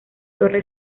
torre